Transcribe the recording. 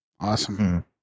Awesome